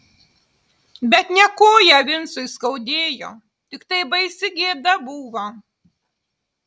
bet ne koją vincui skaudėjo tiktai baisi gėda buvo